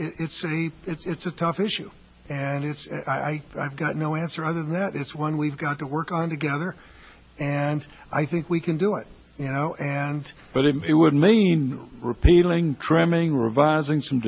a it's a tough issue and it's i've got no answer other than that it's one we've got to work on together and i think we can do it you know and but it would mean repealing trimming revising some